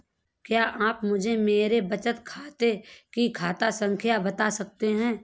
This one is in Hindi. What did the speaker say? क्या आप मुझे मेरे बचत खाते की खाता संख्या बता सकते हैं?